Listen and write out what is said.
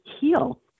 heal